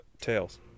tails